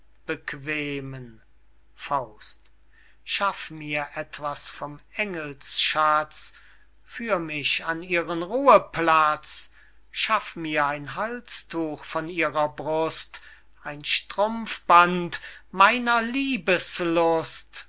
bequemen schaff mir etwas vom engelsschatz führ mich an ihren ruheplatz schaff mir ein halstuch von ihrer brust ein strumpfband meiner